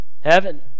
Heaven